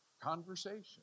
conversation